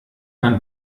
man